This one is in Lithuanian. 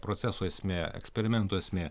proceso esmė eksperimento esmė